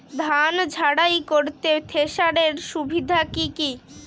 ধান ঝারাই করতে থেসারের সুবিধা কি কি?